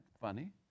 funny